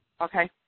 Okay